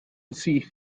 syth